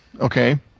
Okay